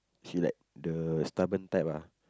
she like the stubborn type ah